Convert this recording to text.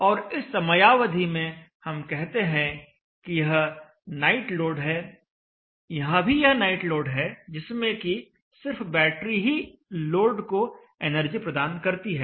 और इस समयावधि में हम कहते हैं कि यह नाइट लोड है यहाँ भी यह नाइट लोड है जिसमें कि सिर्फ बैटरी ही लोड को एनर्जी प्रदान करती है